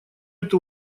это